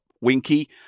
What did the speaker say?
Winky